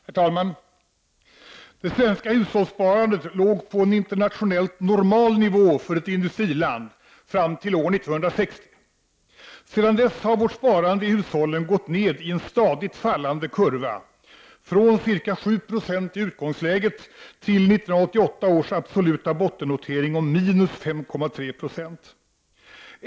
Herr talman! Det svenska hushållsparandet låg på en internationellt normal nivå för ett industriland fram till år 1960. Sedan dess har vårt sparande i hushållen gått ned i en stadigt fallande kurva, från ca 7 90 i utgångsläget till 1988 års absoluta bottennotering om —5,3 90.